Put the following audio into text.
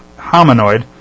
hominoid